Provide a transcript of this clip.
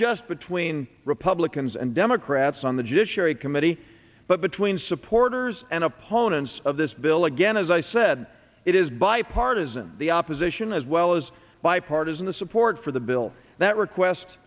just between republicans and democrats on the judiciary committee but between supporters and opponents of this bill again as i said it is bipartisan the opposition as well as bipartisan support for the bill that request